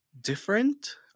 different